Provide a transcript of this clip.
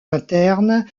interne